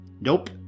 Nope